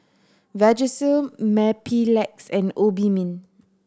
Vagisil Mepilex and Obimin